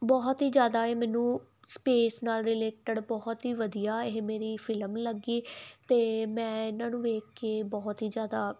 ਬਹੁਤ ਹੀ ਜਿਆਦਾ ਮੈਨੂੰ ਸਪੇਸ ਨਾਲ ਰਿਲੇਟਡ ਬਹੁਤ ਹੀ ਵਧੀਆ ਇਹ ਮੇਰੀ ਫਿਲਮ ਲੱਗ ਗਈ ਤੇ ਮੈਂ ਇਹਨਾਂ ਨੂੰ ਵੇਖ ਕੇ ਬਹੁਤ ਹੀ ਜਿਆਦਾ ਵਧੀਆ